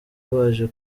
baje